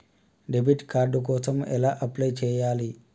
Debit card కోసం ఎలా apply చేయాలి?